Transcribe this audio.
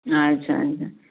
ଆଚ୍ଛା ଆଚ୍ଛା